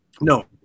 no